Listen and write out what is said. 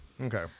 Okay